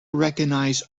recognize